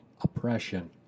oppression